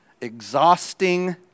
exhausting